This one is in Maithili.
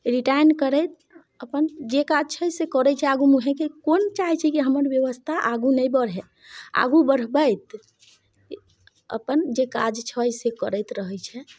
रिटर्न करैत अपन जे काज छै से करै छै आगू मुँहेँके कोन चाहै छै कि हमर बेबस्था आगू नहि बढ़ै आगू बढ़बैत अपन जे काज छै से करैत रहै छै